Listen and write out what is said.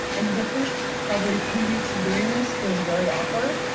and the first, probably, three weeks of doing this feels very awkward,